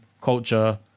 Culture